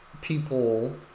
people